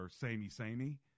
samey-samey